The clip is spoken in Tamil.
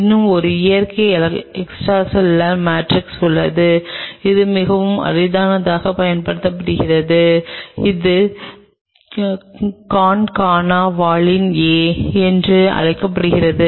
இன்னும் ஒரு இயற்கை எக்ஸ்ட்ராசெல்லுலர் மேட்ரிக்ஸ் உள்ளது இது மிகவும் அரிதாகவே பயன்படுத்தப்படுகிறது இது கான்கானா வாலின் ஏ என்று அழைக்கப்படுகிறது